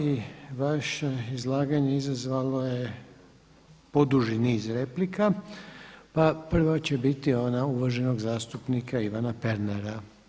I vaše izlaganje izazvalo je poduži niz replika, pa prva će biti ona uvaženog zastupnika Ivana Pernara.